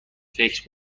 فکر